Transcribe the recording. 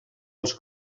als